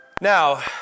now